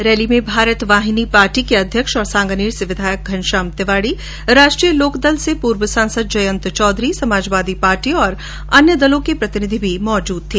rally में Bharati Vahini party के अध्यक्ष और सांगानेर से विधायक घनश्याम तिवाडी राष्ट्रीय लोकदल से पूर्व सांसद जयंत चौधरी समाजवादी पार्टी और अन्य दलों के प्रतिनिधि भी मौजूद थे